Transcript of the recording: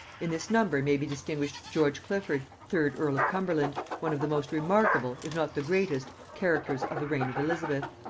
in this number may be distinguished george clifford third earl of cumberland, one of the most remarkable, if not the greatest, characters of the reign of elizabeth.